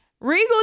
Regal